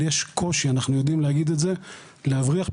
אבל יש קושי ואנחנו יודעים להגיד את זה והקושי הוא להבריח,